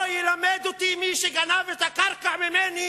לא ילמד אותי מי שגנב את הקרקע ממני